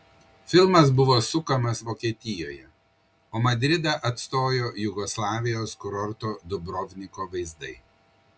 filmas buvo sukamas vokietijoje o madridą atstojo jugoslavijos kurorto dubrovniko vaizdai